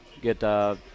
get